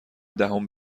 دهم